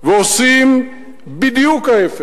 ועושים בדיוק ההיפך.